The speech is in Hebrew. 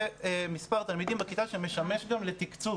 זה מספר תלמידים בכיתה שמשמש גם לתקצוב.